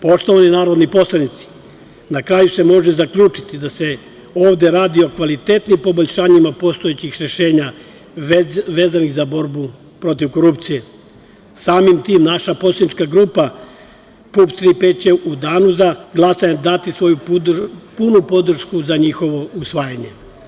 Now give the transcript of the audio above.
Poštovani narodni poslanici, na kraju se može zaključiti da se ovde radi o kvalitetnim poboljšanjima postojećih rešenja vezanih za borbu protiv korupcije, samim tim naša poslanička grupa PUPS - „Tri - P“ će u danu za glasanje dati svoju punu podršku za njihovo usvajanje.